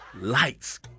lights